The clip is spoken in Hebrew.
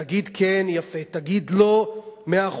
תגיד, כן, יפה, תגיד, לא, מאה אחוז.